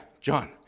John